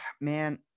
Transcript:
man –